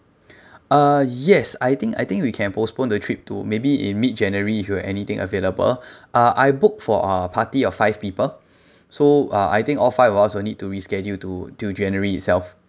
uh yes I think I think we can postpone the trip to maybe in mid-january if you have anything available uh I booked for a party of five people so uh I think all five of us will need to reschedule to to january itself